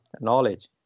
knowledge